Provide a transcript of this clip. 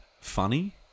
funny